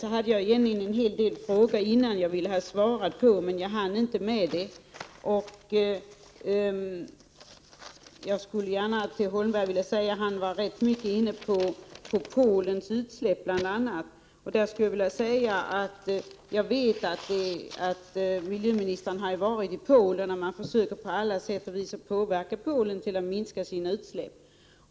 Jag hade egentligen en hel del frågor som jag ville ha besvarade, men jag hann inte med dem. Håkan Holmberg var bl.a. inne på Polens utsläpp. Jag vet att miljöministern har varit i Polen, och man försöker på alla sätt att påverka Polen att minska sina utsläpp.